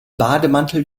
bademantel